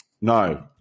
No